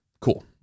cool